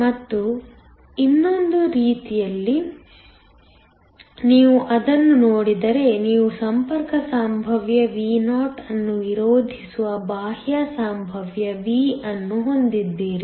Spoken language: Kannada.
ಮತ್ತು ಇನ್ನೊಂದು ರೀತಿಯಲ್ಲಿ ನೀವು ಅದನ್ನು ನೋಡಿದರೆ ನೀವು ಸಂಪರ್ಕ ಸಂಭಾವ್ಯ Vo ಅನ್ನು ವಿರೋಧಿಸುವ ಬಾಹ್ಯ ಸಂಭಾವ್ಯ V ಅನ್ನು ಹೊಂದಿದ್ದೀರಿ